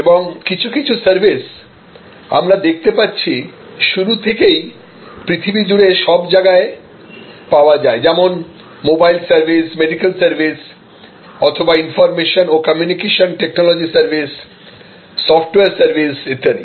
এবং কিছু কিছু সার্ভিস আমরা দেখতে পাচ্ছি শুরু থেকেই পৃথিবী জুড়ে সব জায়গায় পাওয়া যায় যেমন মোবাইল সার্ভিস মেডিকেল সার্ভিস অথবা ইনফর্মেশন ও কমিউনিকেশন টেকনোলজি সার্ভিসসফটওয়্যার সার্ভিস ইত্যাদি